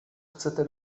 chcete